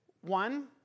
One